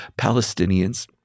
Palestinians